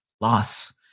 loss